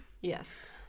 Yes